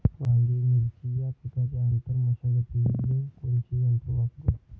वांगे, मिरची या पिकाच्या आंतर मशागतीले कोनचे यंत्र वापरू?